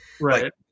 Right